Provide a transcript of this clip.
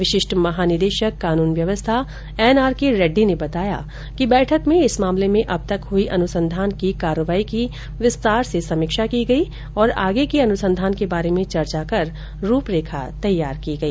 विशिष्ठ महानिदेशक कानून व्यवस्था एनआरके रेड्डी ने बताया कि बैठक में इस मामले में अब तक हई अनुसंधान की कार्यवाही की विस्तार से समीक्षा की गई और आगे के अनुसंघान के बारे में चर्चा कर रूपरेखा तैयार की गई